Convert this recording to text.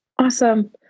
Awesome